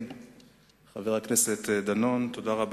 מחקר שנעשה לאחרונה על-ידי המשרד הראה